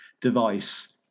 device